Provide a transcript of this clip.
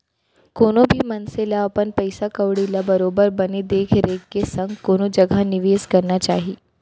कोनो भी मनसे ल अपन पइसा कउड़ी ल बरोबर बने देख रेख के संग कोनो जघा निवेस करना चाही